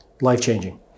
life-changing